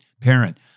Parent